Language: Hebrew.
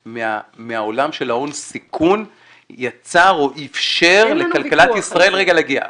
מהעולם של ההון סיכון יצר או איפשר לכלכלת ישראל להגיע --- אין ויכוח.